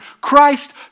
Christ